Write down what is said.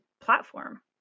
platform